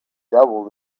double